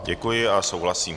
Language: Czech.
Děkuji a já souhlasím.